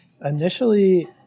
initially